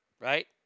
right